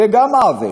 זה גם עוול,